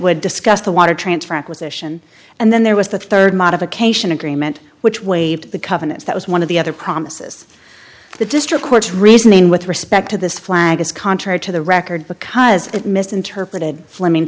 would discuss the water transfer acquisition and then there was the rd modification agreement which waived the covenants that was one of the other promises the district court's reasoning with respect to this flag is contrary to the record because it misinterpreted